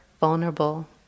vulnerable